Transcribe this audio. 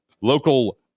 local